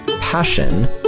passion